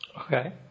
Okay